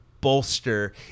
bolster